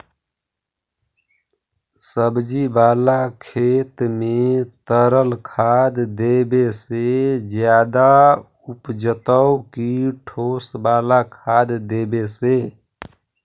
सब्जी बाला खेत में तरल खाद देवे से ज्यादा उपजतै कि ठोस वाला खाद देवे से?